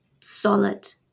solid